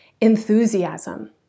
enthusiasm